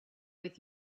with